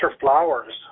Flowers